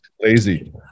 Lazy